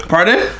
Pardon